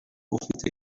ufite